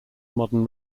modern